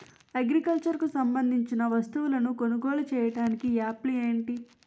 Agriculture కు సంబందించిన వస్తువులను కొనుగోలు చేయటానికి యాప్లు ఏంటి?